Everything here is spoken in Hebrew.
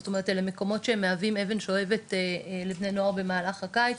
זאת אומרת אלה מקומות שהם מהווים אבן שואבת לבני נוער במהלך הקיץ,